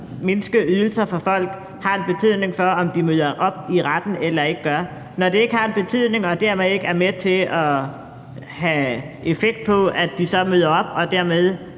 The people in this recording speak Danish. at mindske ydelser for folk har en betydning for, om de møder op i retten eller ikke gør. Når det ikke har en betydning og det dermed ikke er med til at have en effekt på, at de så møder op og sagen